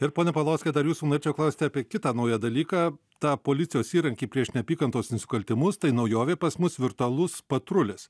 ir pone paulauskai dar jūsų čia klausti apie kitą naują dalyką tą policijos įrankį prieš neapykantos nusikaltimus tai naujovė pas mus virtualus patrulis